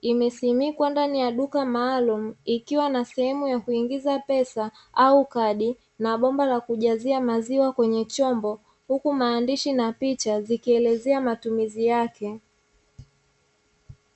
imesimikwa ndani ya duka maalumu ikiwa na sehemu ya kuingiza pesa au kadi, na bomba la kujazia maziwa kwenye chombo huku maandishi na picha zikielezea matumizi yake.